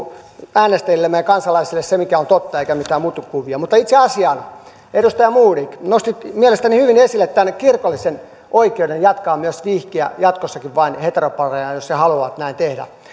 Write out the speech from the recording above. äänestäjillemme ja kansalaisille se mikä on totta eikä mitään mutukuvia mutta itse asiaan edustaja modig nostit mielestäni hyvin esille tämän kirkollisen oikeuden jatkossakin vihkiä vain heteropareja jos he haluavat näin tehdä